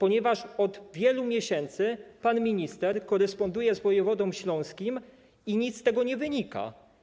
Od wielu miesięcy pan minister koresponduje z wojewodą śląskim i nic z tego nie wynika.